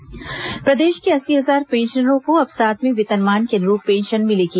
pensioner सातवां वेतनमान प्रदेश के अस्सी हजार पेंशनरों को अब सातयें वेतनमान के अनुरूप पेंशन मिलेगी